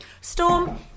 Storm